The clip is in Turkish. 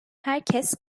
herkes